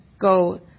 Go